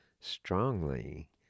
strongly